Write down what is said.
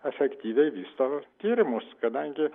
efektyviai vysto tyrimus kadangi